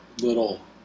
little